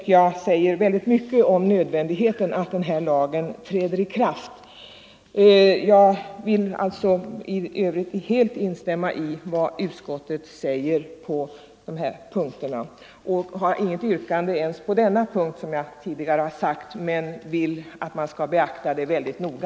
Detta säger mycket om nödvändigheten av bilbälteslagens 20 november 1974 ikraftträdande. Jag vill i övrigt helt instämma i vad utskottet säger och har, som = Trafiksäkerheten jag framhållit, inget yrkande. Jag vill dock att de anförda synpunkterna — m.m. skall beaktas mycket noga.